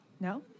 No